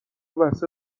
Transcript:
بسته